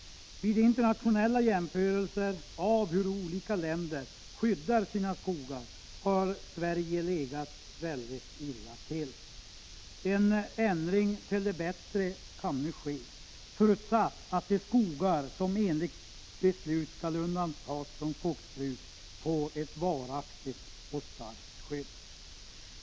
Vid internationella jämförelser av hur olika länder skyddar sina skogar har Sverige legat väldigt illa till. En ändring till det bättre kan nu ske, förutsatt att de skogar som enligt beslut skall undantas från skogsbruk får ett varaktigt och starkt skydd.